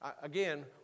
Again